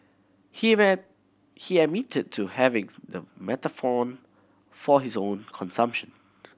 he he admitted to having the methadone for his own consumption